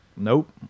nope